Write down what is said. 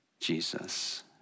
Jesus